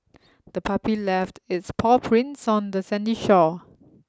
the puppy left its paw prints on the sandy shore